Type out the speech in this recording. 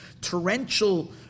torrential